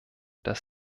dass